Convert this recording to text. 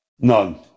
None